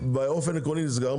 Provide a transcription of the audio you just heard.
שבאופן עקרוני נסגר,